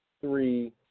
three